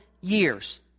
years